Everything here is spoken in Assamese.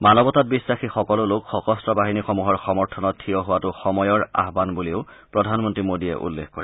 মানৱতাত বিখাসী সকলো লোক সশস্ত্ৰ বাহিনীসমূহৰ সমৰ্থনত থিয় হোৱাটো সময়ৰ আহান বুলিও প্ৰধানমন্ত্ৰী মোডীয়ে উল্লেখ কৰে